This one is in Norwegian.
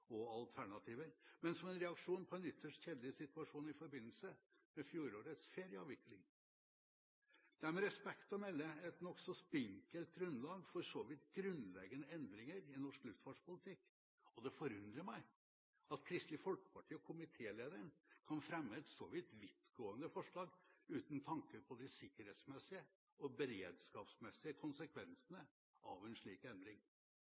og alternativer, men som en reaksjon på en ytterst kjedelig situasjon i forbindelse med fjorårets ferieavvikling. Det er – med respekt å melde – et nokså spinkelt grunnlag for så vidt grunnleggende endringer i norsk luftfartspolitikk, og det forundrer meg at Kristelig Folkeparti og komitélederen kan fremme et så vidtgående forslag, uten tanke for de sikkerhetsmessige og beredskapsmessige konsekvensene av en slik endring.